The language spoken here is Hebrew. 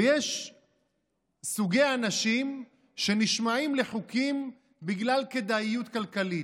ויש סוגי אנשים שנשמעים לחוקים בגלל כדאיות כלכלית,